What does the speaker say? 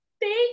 Thank